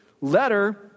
letter